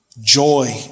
Joy